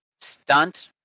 Stunt